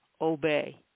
obey